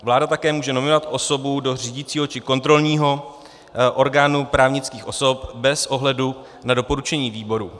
Vláda také může nominovat osobu do řídícího či kontrolního orgánu právnických osob bez ohledu na doporučení výboru.